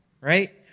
right